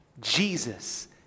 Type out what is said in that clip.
Jesus